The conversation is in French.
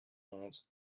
onze